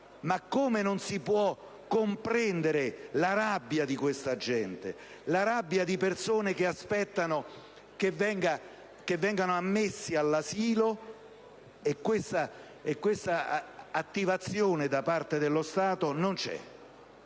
ma come non si può comprendere la rabbia di questa gente, la rabbia di persone che aspettano di essere ammesse all'asilo, e questa attivazione da parte dello Stato non